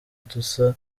dusa